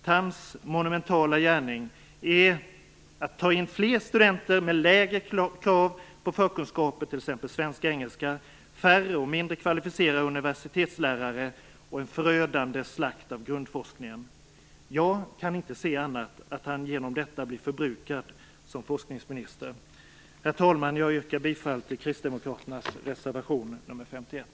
Thams monumentala gärning är att ta in fler studenter med lägre krav på förkunskaper, t.ex. i svenska och engelska, färre och mindre kvalificerade universitetslärare och en förödande slakt av grundforskningen. Jag kan inte se annat än han genom detta blir förbrukad som forskningsminister. Herr talman! Jag yrkar bifall till kristdemokraternas reservation nr 51.